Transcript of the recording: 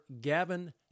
Gavin